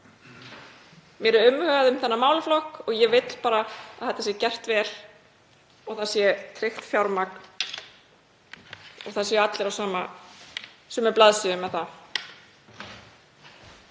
Mér er umhugað um þennan málaflokk og ég vil bara að þetta sé gert vel og að fjármagn sé tryggt og það séu allir á sama sömu blaðsíðu með það.